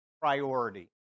priority